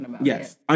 Yes